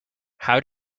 how